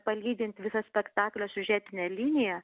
palydint visą spektaklio siužetinę liniją